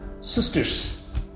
sisters